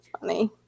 funny